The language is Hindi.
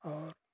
और